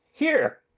here!